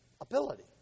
ability